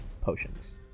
potions